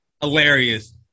hilarious